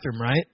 right